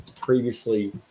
previously